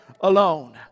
alone